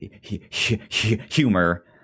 humor